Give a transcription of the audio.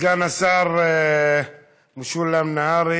סגן השר משולם נהרי